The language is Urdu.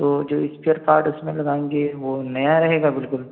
تو جو اسپیئر پاٹ اس میں لگائیں گے وہ نیا رہے گا بالکل